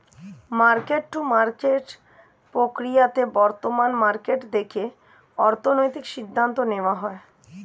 market to market প্রক্রিয়াতে বর্তমান market দেখে অর্থনৈতিক সিদ্ধান্ত নেওয়া হয়